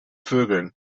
vögeln